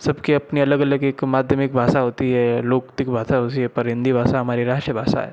सबकी अपनी अलग अलग एक माध्यमिक भाषा होती है लोकतिक भाषा होती है पर हिंदी भाषा हमारी राष्ट्रभाषा है